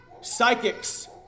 psychics